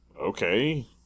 okay